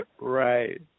Right